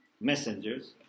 messengers